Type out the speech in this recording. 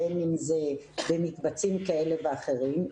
בין אם זה במקבצים כאלה ואחרים,